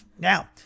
Now